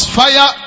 fire